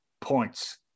points